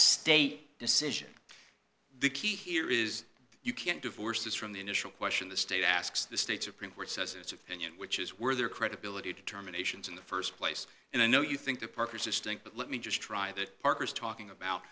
state decision the key here is you can't divorce this from the initial question the state asks the state supreme court says it's opinion which is where their credibility determinations in the st place and i know you think the parkers distinct but let me just try that parker is talking about